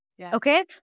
okay